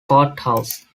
courthouse